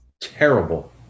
terrible